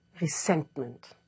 resentment